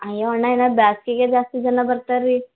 ಅಯ್ಯೋ ಅಣ್ಣ ಇನ್ನು ಬೇಸಿಗೆಗೆ ಜಾಸ್ತಿ ಜನ ಬರ್ತಾರೆ ರೀ